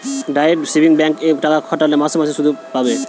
direct savings bank এ টাকা খাটালে মাসে মাসে শুধ পাবে